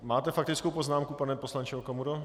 Máte faktickou poznámku, pane poslanče Okamuro?